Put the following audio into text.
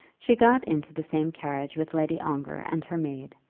she got into the same carriage with lady ongar and her maid,